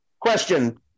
question